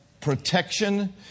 protection